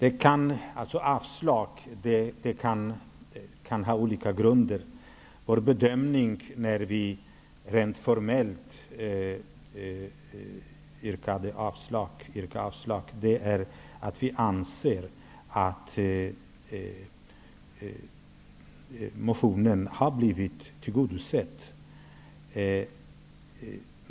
Ett avslag i utskottet kan ha olika grunder. När vi rent formellt yrkade avslag var vår bedömning att motionen har blivit tillgodosedd.